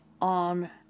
on